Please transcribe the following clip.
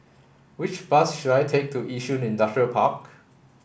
which bus should I take to Yishun Industrial Park